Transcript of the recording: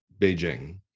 Beijing